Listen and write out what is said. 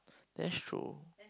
that's true